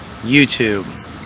YouTube